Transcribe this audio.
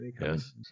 Yes